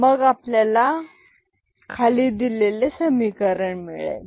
मग आपल्याला खाली डिले ले समीकरण मिळेल